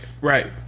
right